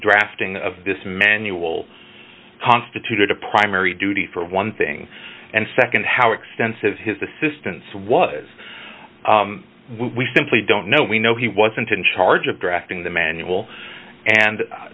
drafting of this manual constituted a primary duty for one thing and nd how extensive his assistance was we simply don't know we know he wasn't in charge of drafting the manual and